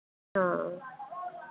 हाँ